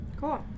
Cool